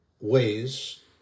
ways